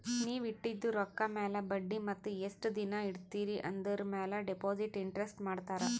ನೀವ್ ಇಟ್ಟಿದು ರೊಕ್ಕಾ ಮ್ಯಾಲ ಬಡ್ಡಿ ಮತ್ತ ಎಸ್ಟ್ ದಿನಾ ಇಡ್ತಿರಿ ಆಂದುರ್ ಮ್ಯಾಲ ಡೆಪೋಸಿಟ್ ಇಂಟ್ರೆಸ್ಟ್ ಮಾಡ್ತಾರ